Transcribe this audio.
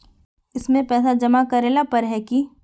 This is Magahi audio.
इसमें पैसा जमा करेला पर है की?